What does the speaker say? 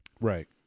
Right